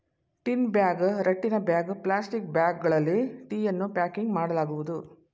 tin bag, ರಟ್ಟಿನ bag, plastic ಬ್ಯಾಗ್ಗಳಲ್ಲಿ ಟೀಯನ್ನು ಪ್ಯಾಕಿಂಗ್ ಮಾಡಲಾಗುವುದು